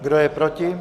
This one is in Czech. Kdo je proti?